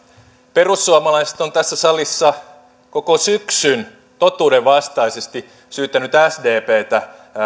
perussuomalaiset on tässä salissa koko syksyn totuudenvastaisesti syyttänyt sdptä